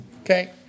Okay